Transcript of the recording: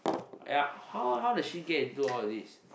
ya how how does she get into all of these